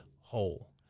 whole